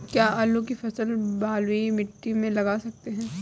क्या आलू की फसल बलुई मिट्टी में लगा सकते हैं?